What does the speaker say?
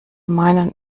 meinen